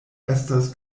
estas